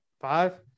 Five